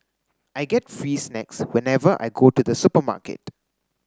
I get free snacks whenever I go to the supermarket